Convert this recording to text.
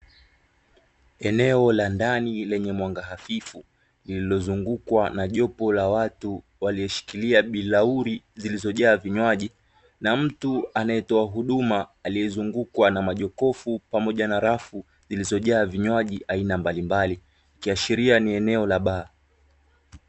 Eneo la ndani lenye mwanga hafifu lililozungukwa na jopo la watu walioshikilia bilauri zilizojaa vinywaji, na mtu anayetoa huduma aliyezungukwa na majokofu pamoja na rafu zilizojaa vinywaji aina mbalimbali, ikiashiria ni eneo la baa.